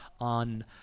on